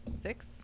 Six